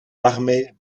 l’armée